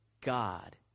God